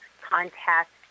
contact